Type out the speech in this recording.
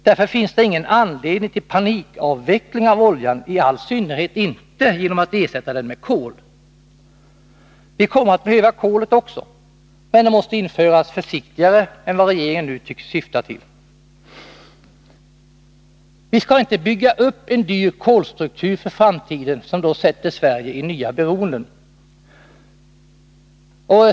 Därför finns det ingen anledning till panikavveckling av oljan, i all synnerhet inte genom att ersätta den med kol. Vi kommer att behöva kolet också. Men det måste införas försiktigare än vad regeringen nu tycks syfta till. Vi skall inte bygga upp en dyr kolstruktur för framtiden som sätter Sverige i ett nytt beroende.